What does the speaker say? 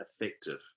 effective